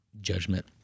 judgment